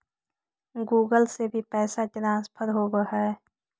Google से भी पैसा ट्रांसफर होवहै?